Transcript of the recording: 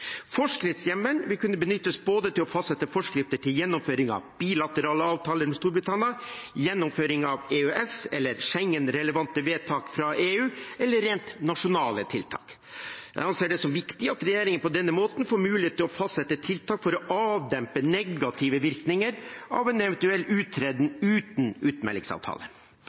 Forskriftshjemmelen vil kunne benyttes til både å fastsette forskrifter til gjennomføring av bilaterale avtaler med Storbritannia, gjennomføring av EØS- eller Schengen-relevante vedtak fra EU eller rent nasjonale tiltak. Jeg anser det som viktig at regjeringen på denne måten får mulighet til å fastsette tiltak for å avdempe negative virkninger av en eventuell uttreden uten utmeldingsavtale.